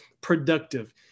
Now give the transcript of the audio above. productive